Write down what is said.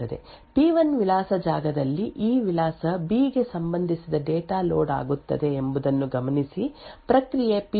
ಆದ್ದರಿಂದ ನಾವು ಪ್ರಕ್ರಿಯೆ ಪಿ1 ಅನ್ನು ಅಧ್ಯಯನ ಮಾಡಿದ ಬೆಲ್ ಲಾ ಪಡುಲಾ ಮಾದರಿಗೆ ಸಂಬಂಧಿಸಿರುವುದು ಒಂದು ಉನ್ನತ ರಹಸ್ಯ ಪ್ರಕ್ರಿಯೆಯಾಗಿರಬಹುದು ಆದರೆ ಪ್ರಕ್ರಿಯೆ ಪಿ2 ಒಂದು ವರ್ಗೀಕರಿಸದ ಪ್ರಕ್ರಿಯೆಯಾಗಿರಬಹುದು